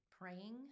praying